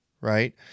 right